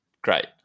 Great